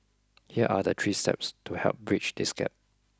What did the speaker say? here are the three steps to help bridge this gap